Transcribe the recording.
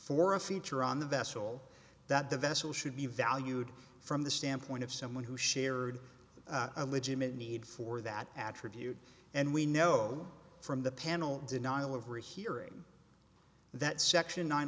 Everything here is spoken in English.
for a feature on the vessel that the vessel should be valued from the standpoint of someone who shared a legitimate need for that attribute and we know from the panel denial over hearing that section nine